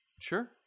Sure